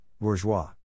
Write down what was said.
bourgeois